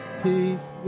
peace